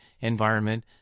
environment